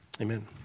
Amen